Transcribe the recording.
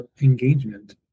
engagement